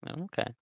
Okay